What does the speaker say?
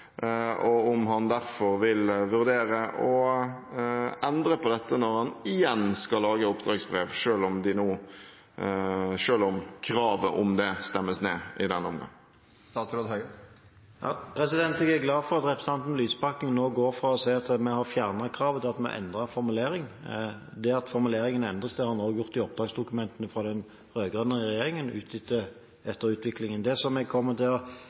og om han derfor vil vurdere å endre på dette når han igjen skal lage oppdragsbrev, selv om kravet om det stemmes ned i denne omgang. Jeg er glad for at representanten Lysbakken nå går fra å si at vi har fjernet kravet, til at vi har endret formulering. Det at formuleringen endres, har nå gjort at de oppdragsdokumentene fra den rød-grønne regjeringen utnytter etterutviklingen. Det jeg kommer til å stille som krav i foretaksmøtene som